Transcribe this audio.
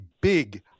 big